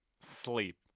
Sleep